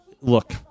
Look